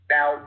Now